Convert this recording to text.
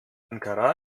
ankara